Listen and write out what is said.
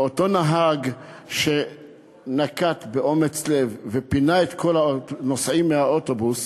ואותו נהג נהג באומץ לב ופינה את כל הנוסעים מהאוטובוס,